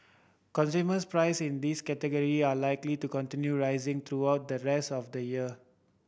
consumers price in these category are likely to continue rising throughout the rest of the year